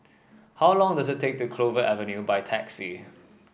how long does it take to Clover Avenue by taxi